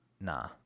nah